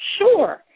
Sure